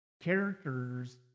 characters